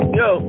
yo